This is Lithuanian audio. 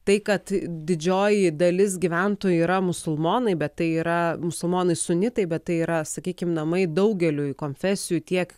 tai kad didžioji dalis gyventojų yra musulmonai bet tai yra musulmonai sunitai bet tai yra sakykim namai daugeliui konfesijų tiek